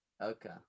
Okay